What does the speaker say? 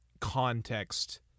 context